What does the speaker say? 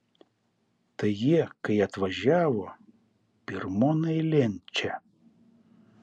tai jie kai atvažiavo pirmon eilėn čia